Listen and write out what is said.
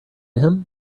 him